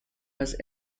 was